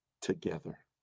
together